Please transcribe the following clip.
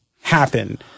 happen